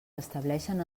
estableixen